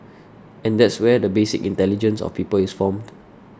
and that's where the basic intelligence of people is formed